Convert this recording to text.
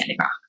Rock